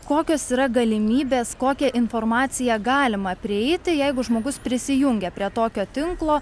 kokios yra galimybės kokią informaciją galima prieiti jeigu žmogus prisijungia prie tokio tinklo